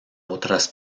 otras